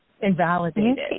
invalidated